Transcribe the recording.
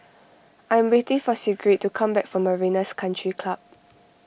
I am waiting for Sigrid to come back from Marina's Country Club